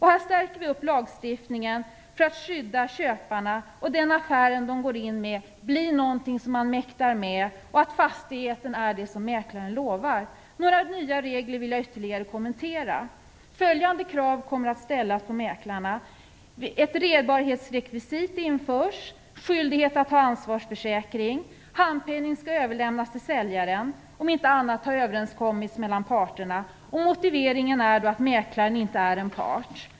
Här stärker vi lagstiftningen för att skydda köparna så att den affär de går in i är något som de mäktar med och att fastigheten är sådan som mäklaren lovar. Några nya regler vill jag ytterligare kommentera. Följande krav kommer att ställas på mäklaren: - skyldighet att ha en ansvarsförsäkring - handpenning skall överlämnas till säljaren, om inte annat har överenskommits mellan parterna. Motiveringen är att mäklaren inte är en part.